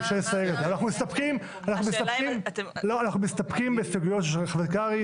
אנחנו מסתפקים בהסתייגויות של חבר הכנסת קרעי,